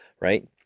right